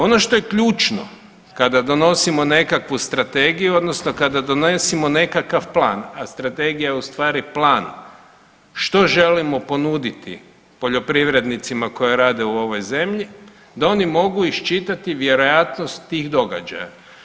Ono što je ključno kada donosimo nekakvu strategiju odnosno kada donosimo nekakav plan, a strategija je u stvari plan što želimo ponuditi poljoprivrednicima koji rade u ovoj zemlji da oni mogu iščitati vjerojatnost tih događaja.